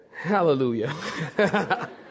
Hallelujah